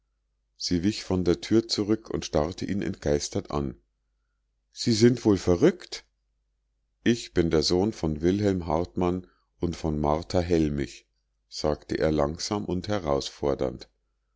sie wich von der tür zurück und starrte ihn entgeistert an sie sind wohl verrückt ich bin der sohn von wilhelm hartmann und von martha hellmich sagte er langsam und herausfordernd